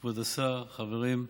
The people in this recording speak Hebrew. כבוד השר, חברים,